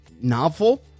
novel